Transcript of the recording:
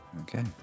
Okay